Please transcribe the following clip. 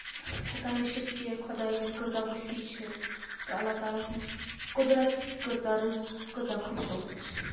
ہٮ۪کان وٕچھِتھ کہِ خۄدایَت کۭژاہ ؤسی چھِ تہٕ اللہ تعالیٰ سٕنٛز قُدرَت کٲژاہ رٕژ کۭژاہ خوٗبصوٗرت چھِ